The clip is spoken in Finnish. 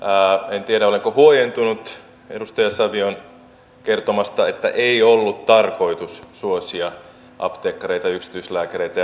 en tiedä olenko huojentunut edustaja savion kertomasta että ei ollut tarkoitus suosia apteekkareita yksityislääkäreitä